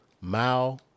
Mao